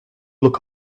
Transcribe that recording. luck